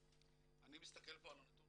אני מסתכל פה על נתון,